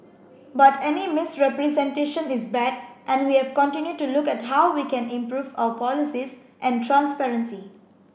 but any misrepresentation is bad and we have continued to look at how we can improve our policies and transparency